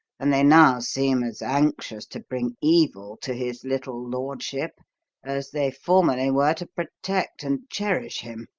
and they now seem as anxious to bring evil to his little lordship as they formerly were to protect and cherish him.